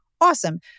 awesome